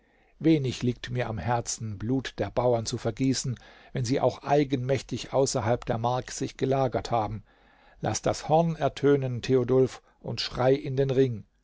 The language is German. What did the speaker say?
wenig liegt mir am herzen blut der bauern zu vergießen wenn sie auch eigenmächtig außerhalb der mark sich gelagert haben laß das horn ertönen theodulf und schrei in den ring